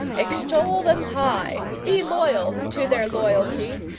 extol them high, be loyal to their loyalty,